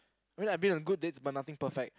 well I've been on good dates but nothing perfect